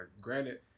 Granted